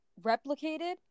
replicated